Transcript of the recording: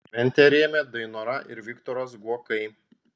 šventę rėmė dainora ir viktoras guokai